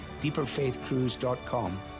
deeperfaithcruise.com